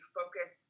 focus